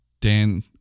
Dan